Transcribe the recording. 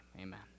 Amen